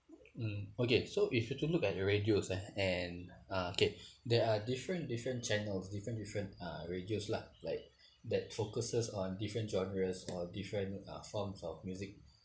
mm okay so if you were to look at radios and uh okay there are different different channels different different uh radios lah like that focuses on different genres or different uh forms of music